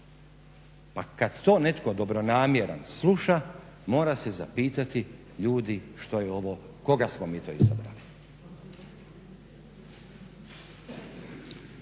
Pa kada to netko dobronamjeran sluša mora se zapitati ljudi što je ovo? Koga smo mi to izabrali?